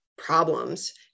problems